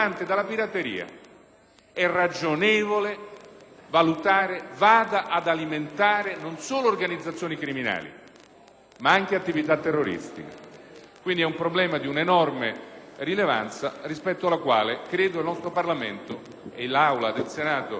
è ragionevole valutare vada ad alimentare non solo organizzazioni criminali, ma anche attività terroristiche. Quindi, è un problema di enorme rilevanza rispetto al quale credo che il nostro Parlamento e l'Aula del Senato possano dare